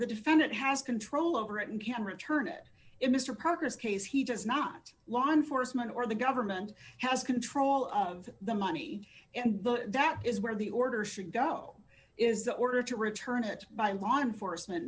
the defendant has control over it and can return it in mister progress case he does not law enforcement or the government has control of the money and that is where the order should go is the order to return it by law enforcement